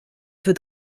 für